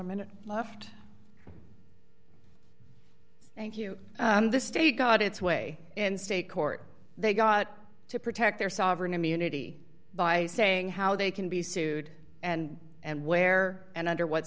a minute left thank you and this state got its way in state court they got to protect their sovereign immunity by saying how they can be sued and and where and under what